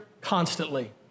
constantly